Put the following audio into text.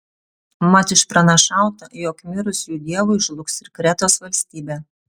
mat išpranašauta jog mirus jų dievui žlugs ir kretos valstybė